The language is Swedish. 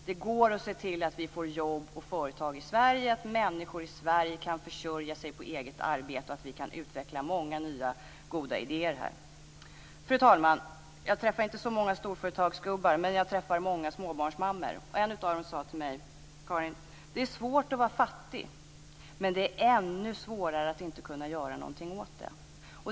Det går att se till att vi får jobb och företag i Sverige, att människor kan försörja sig på eget arbete och att vi kan utveckla många nya goda idéer. Fru talman! Jag träffar inte så många storföretagsgubbar, men jag träffar många småbarnsmammor, och en av dem sade till mig: Karin, det är svårt att vara fattig, men det är ännu svårare att inte kunna göra någonting åt det.